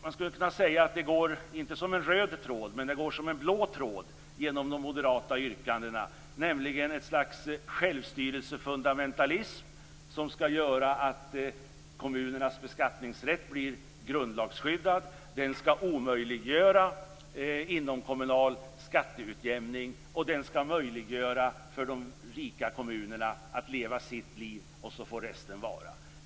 Man skulle kunna säga att det, inte som en röd tråd utan som en blå tråd, går ett slags självstyrelsefundamentalism genom de moderata yrkandena som skall göra att kommunernas beskattningsrätt blir grundlagsskyddad. Det skall omöjliggöra inomkommunal skatteutjämning och möjliggöra för de rika kommunerna att leva sitt liv, och sedan får resten vara.